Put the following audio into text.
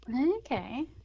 Okay